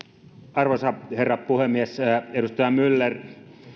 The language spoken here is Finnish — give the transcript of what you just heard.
arvoisa herra puhemies edustaja myller